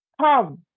come